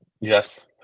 Yes